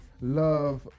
love